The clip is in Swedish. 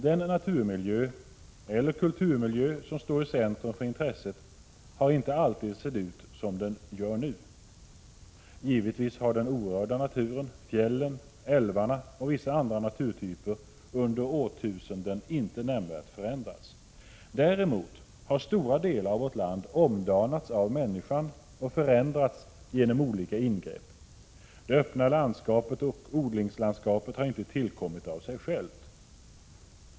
Den naturmiljö eller kulturmiljö som står i centrum för intresset har inte alltid sett ut som den gör nu. Givetvis har den orörda naturen, fjällen, älvarna och vissa andra naturtyper under årtusenden inte nämnvärt förändrats. Däremot har stora delar av vårt land omdanats av människan och förändrats genom olika ingrepp. Det öppna landskapet och odlingslandskapet har inte tillkommit av sig själva.